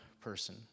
person